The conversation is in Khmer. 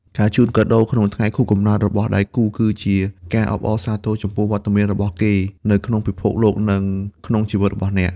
ការជូនកាដូក្នុងថ្ងៃខួបកំណើតរបស់ដៃគូ គឺជាការអបអរសាទរចំពោះវត្តមានរបស់គេនៅក្នុងពិភពលោក និងក្នុងជីវិតរបស់អ្នក។